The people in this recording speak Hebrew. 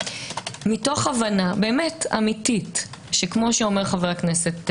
מתוך הבנה אמיתית כפי שאומר חבר הכנסת בגין,